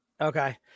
Okay